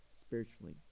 spiritually